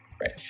Right